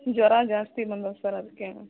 ಜ್ವರ ಜಾಸ್ತಿ ಬಂದದ ಸರ್ ಅದಕ್ಕೆ